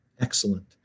Excellent